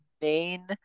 main